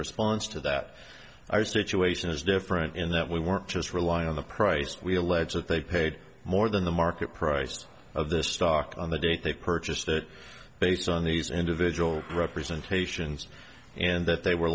response to that our situation is different in that we weren't just rely on the price we allege that they paid more than the market price of this stock on the date they purchased it based on these individual representation and that they were